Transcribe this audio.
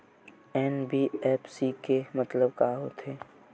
NBFC के मतलब का होथे?